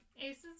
Aces